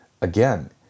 Again